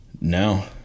Now